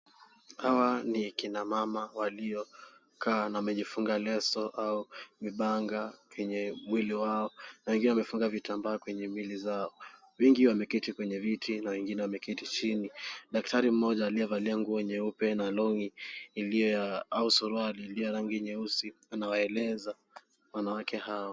Hawa ni kina mama waliokaa na wamejifunga leso au vibanga kwenye mwili wao na wengine wamefunga vitambaa kwenye miili zao. Wengi wameketi kwenye viti na wengine wameketi chini. Daktari mmoja aliyevalia nguo nyeupe na long'i au suruali iliyo ya rangi nyeusi anawaeleza wanawake hao.